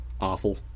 awful